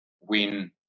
win